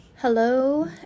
hello